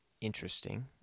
interesting